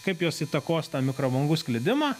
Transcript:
kaip jos įtakos tą mikrobangų sklidimą